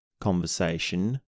conversation